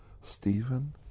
Stephen